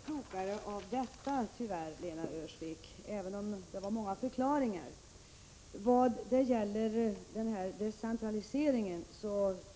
Herr talman! Inte blev jag så mycket klokare av detta, Lena Öhrsvik, även om det var många förklaringar. Trots talet om decentralisering